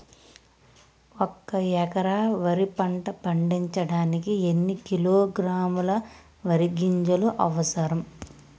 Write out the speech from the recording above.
ఒక్క ఎకరా వరి పంట పండించడానికి ఎన్ని కిలోగ్రాముల వరి గింజలు అవసరం?